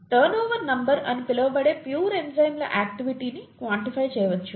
turnover number అని పిలవబడే pure ఎంజైమ్ల ఆక్టివిటీని క్వాన్టిఫై చేయవచ్చు